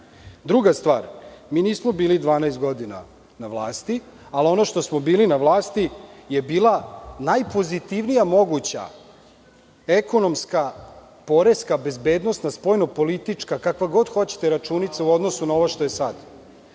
stvar. Druga stvar, mi nismo bili 12 godina na vlasti, ali ono što smo bili na vlasti je bila najpozitivnija moguća ekonomska, poreska, bezbednosna, spoljno-politička, kakva god hoćete računica u odnosu na ovo što je sad,